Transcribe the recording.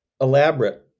elaborate